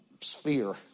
sphere